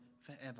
forever